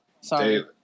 Sorry